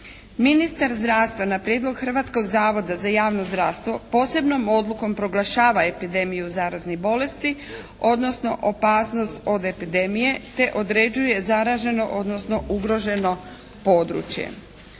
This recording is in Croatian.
Ministar zdravstva na prijedlog Hrvatskog zavoda za javno zdravstvo posebnom odlukom proglašava epidemiju zaraznih bolesti, odnosno opasnost od epidemije te određuje zaraženo odnosno ugroženo područje.